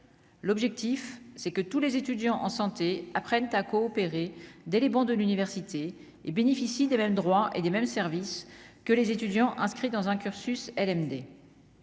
l'objectif, c'est que tous les étudiants en santé apprennent à coopérer dès les bancs de l'université et bénéficient des mêmes droits et des mêmes services que les étudiants inscrits dans un cursus LMD,